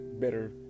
Better